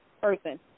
person